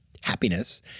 happiness